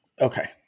Okay